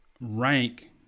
rank